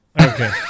Okay